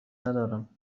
ندارم